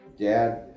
Dad